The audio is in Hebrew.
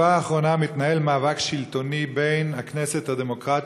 בתקופה האחרונה מתנהל מאבק שלטוני בין הכנסת הדמוקרטית,